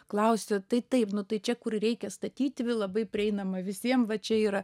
klausia tai taip nu tai čia kur reikia statyti į labai prieinamą visiem va čia yra